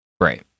Right